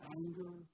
anger